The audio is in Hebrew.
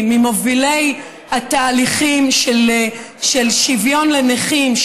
הוא ממובילי התהליכים של שוויון לנכים,